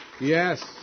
Yes